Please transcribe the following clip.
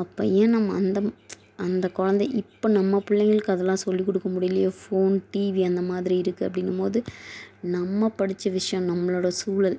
அப்பையே நம்ம அந்த அந்த குழந்தை இப்போ நம்ம பிள்ளைங்களுக்கு அதெலாம் சொல்லிக் கொடுக்க முடியலியோ ஃபோன் டிவி அந்த மாதிரி இருக்கு அப்படிங்கும்போது நம்ம படிச்ச விஷயம் நம்மளோட சூழல்